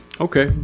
Okay